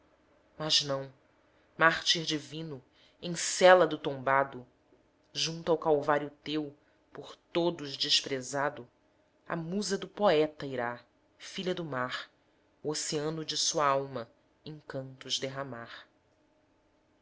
mas não mártir divino encélado tombado junto ao calvário teu por todos desprezado a musa do poeta irá filha do mar o oceano de sua alma em cantos derramar